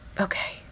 okay